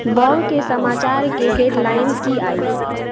Bob के समाचारके headline की अइ